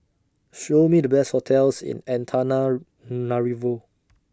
Show Me The Best hotels in Antananarivo